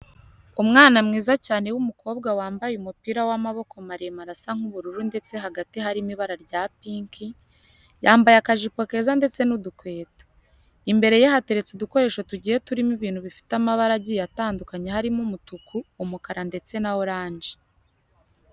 Umwana mwiza cyane w'umukobwa wambaye umupira w'amaboko maremare asa nk'ubururu ndetse hagati harimo ibara rya pinki, yambaye akajipo keza ndetse n'udukweto. Imbere ye hateretse udukoresho tugiye turimo ibintu bifite amabara agitye atandukanye harimo umutuku, umukara, ndetse na oranje.